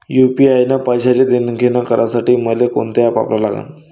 UPI न पैशाचं देणंघेणं करासाठी मले कोनते ॲप वापरा लागन?